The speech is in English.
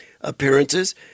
appearances